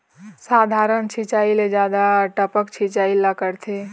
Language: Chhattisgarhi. साधारण सिचायी ले जादा टपक सिचायी ला करथे